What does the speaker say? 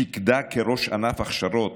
פיקדה כראש ענף הכשרות